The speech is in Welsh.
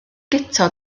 guto